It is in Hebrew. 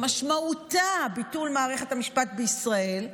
שמשמעותה ביטול מערכת המשפט בישראל,